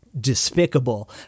despicable